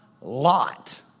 Lot